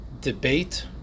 debate